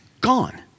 gone